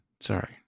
Sorry